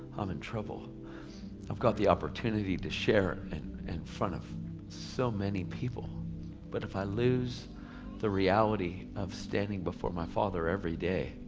i'm in trouble i've got the opportunity to share and in front of so many people but if i lose the reality of standing before my father every day